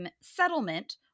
settlement